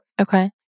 Okay